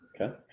Okay